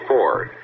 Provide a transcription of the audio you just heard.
Ford